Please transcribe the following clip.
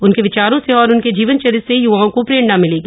उनके विचारों से और उनके जीवन चरित्र से य्वाओं को प्रेरणा मिलेगी